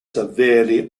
severely